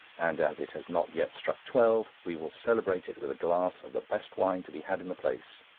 and, as it has not yet struck twelve, we will celebrate it with a glass of the best wine to be had in the place,